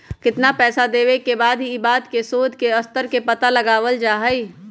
कितना पैसा देवे ला हई ई बात के शोद के स्तर से पता लगावल जा हई